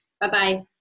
Bye-bye